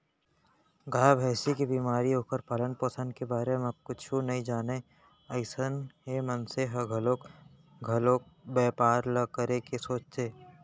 गाय, भँइसी के बेमारी, ओखर पालन, पोसन के बारे म कुछु नइ जानय अइसन हे मनसे ह घलौ घलोक बैपार ल करे के सोचथे